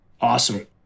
Awesome